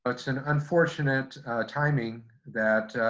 ah it's an unfortunate timing that